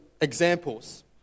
examples